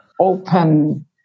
open